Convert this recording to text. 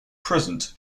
present